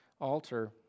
altar